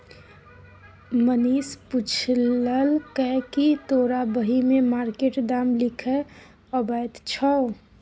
मनीष पुछलकै कि तोरा बही मे मार्केट दाम लिखे अबैत छौ